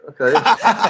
okay